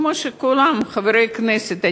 כמו כל חברי הכנסת,